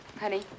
honey